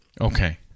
Okay